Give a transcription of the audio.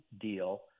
deal